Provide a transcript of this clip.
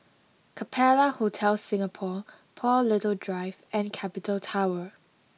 Capella Hotel Singapore Paul Little Drive and Capital Tower